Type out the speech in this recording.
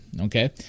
okay